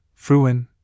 Fruin